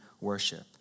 worship